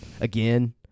Again